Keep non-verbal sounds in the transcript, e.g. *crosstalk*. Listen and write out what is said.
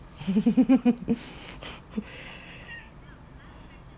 *laughs*